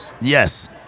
Yes